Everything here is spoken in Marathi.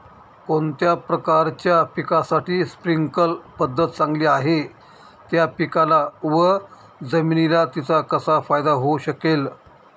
कोणत्या प्रकारच्या पिकासाठी स्प्रिंकल पद्धत चांगली आहे? त्या पिकाला व जमिनीला तिचा कसा फायदा होऊ शकेल?